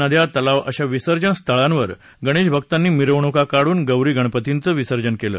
समुद्रकिनारी आणि नद्या तलाव अशा विसर्जन स्थळांवर गणेशभक्तांनी मिरवणुका काढून गौरी गणपतींचं विसर्जन केलं